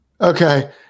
okay